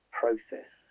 process